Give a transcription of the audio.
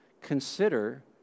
consider